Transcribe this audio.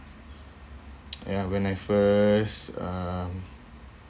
ya when I first um